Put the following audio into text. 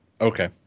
Okay